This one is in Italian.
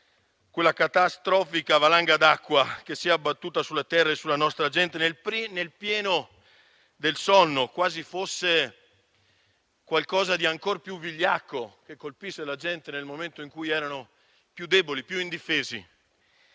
quella catastrofica valanga d'acqua che si è abbattuta sulla terra e sulla nostra gente nel pieno del sonno, quasi fosse qualcosa di ancor più vigliacco, che colpisce la gente nel momento in cui era più debole e indifesa.